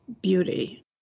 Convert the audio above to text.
beauty